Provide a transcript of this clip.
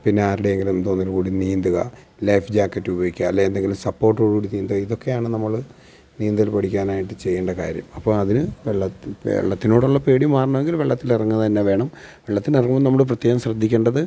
പിന്നെ ആരുടെയെങ്കിലും കൂടി നീന്തുക ലൈഫ് ജാക്കറ്റുപയോഗിക്കുക അല്ലെ എന്തെങ്കിലും സപ്പോർട്ടോടു കൂടി നീന്തുക ഇതൊക്കെയാണ് നമ്മൾ നീന്തൽ പഠിക്കാനായിട്ടു ചെയ്യേണ്ട കാര്യം അപ്പം അതിനു വെള്ളം വെള്ളത്തിനോടുള്ള പേടി മറണമെങ്കിൽ വെള്ളത്തിലിറങ്ങുക തന്നെ വേണം വെള്ളത്തിലിറങ്ങുമ്പോൾ നമ്മൾ പ്രത്യേകം ശ്രദ്ധിക്കേണ്ടത്